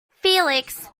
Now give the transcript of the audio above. felix